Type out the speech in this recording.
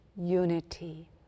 unity